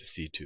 c2